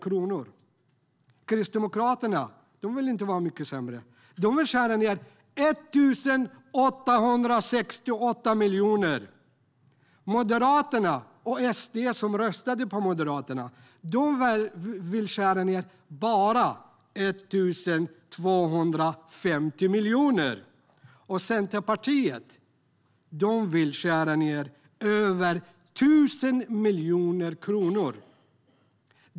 Kristdemokraterna vill inte vara mycket sämre; de vill skära ned med 1 868 miljoner kronor. Moderaterna, och SD som röstade på Moderaternas förslag, vill skära ned med bara 1 250 miljoner. Centerpartiet vill skära ned med över 1 000 miljoner kronor.